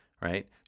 Right